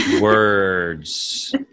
Words